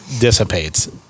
dissipates